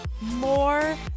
more